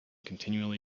continuously